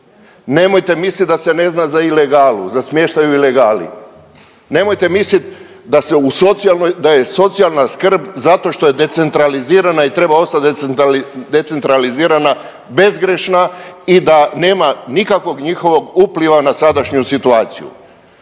Nemojte misliti da se ne zna za ilegalu, za smještaj u ilegali. Nemojte misliti da se u socijalnoj, da je socijalna skrb zato što je decentralizirana i treba ostati decentralizirana bezgrešna i da nema nikakvog njihovog upliva na sadašnju situaciju.